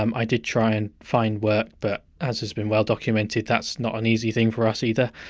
um i did try and find work but, as has been well documented, that's not an easy thing for us either.